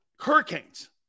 Hurricanes